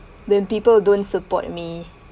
when people don't support me